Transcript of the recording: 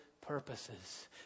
purposes